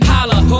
Holla